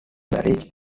married